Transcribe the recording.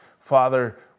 Father